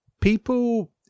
people